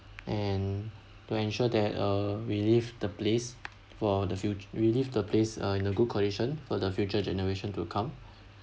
and to ensure that err we leave the place for the fut~ we leave the place uh in a good condition for the future generation to come